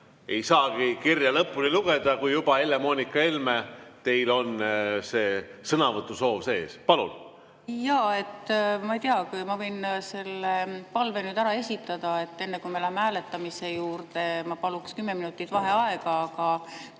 Ei saagi kirja lõpuni lugeda, kui juba, Helle‑Moonika Helme, teil on sõnavõtu soov sees. Palun! Jaa. Ma ei tea, kas ma võin selle palve nüüd ära esitada. Enne, kui me läheme hääletamise juurde, ma paluksin kümme minutit vaheaega. Aga